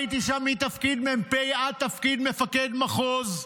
הייתי שם מתפקיד מ"פ עד תפקיד מפקד מחוז.